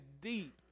deep